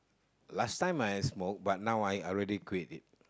last time I smoke but now I I already quit it